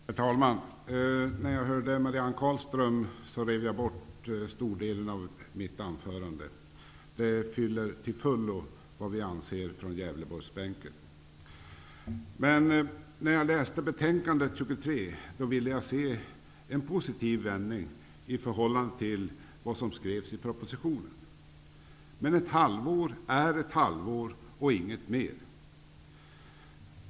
Herr talman! När jag hörde Marianne Carlström rev jag bort en stor del av mitt anförande. Hennes anförande uttrycker till fullo vad vi på I betänkande BoU23 hoppades jag se en positiv vändning i förhållande till vad som skrevs i propositionen. Men ett halvår är ett halvår och inget mer.